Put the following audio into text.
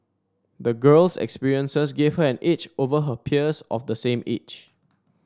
the girl's experiences gave her an edge over her peers of the same age